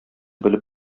белеп